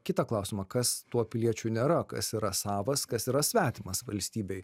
kitą klausimą kas tuo piliečiu nėra kas yra savas kas yra svetimas valstybei